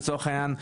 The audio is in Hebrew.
לצורך העניין,